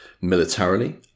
militarily